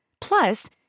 Plus